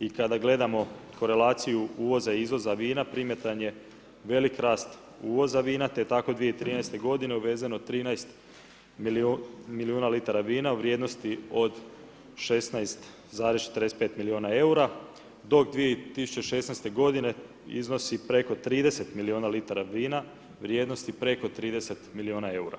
i kada gledamo korelaciju uvoza i izvoza vina, primjetan je veliki rast uvoza vina te tako i 2013. uvezeno je 13 milijuna litara vina u vrijednosti od 16,45 milijuna eura dok 2016. g. iznosi preko 30 milijuna litara vrijednosti preko 30 milijuna eura.